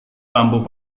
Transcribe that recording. lampu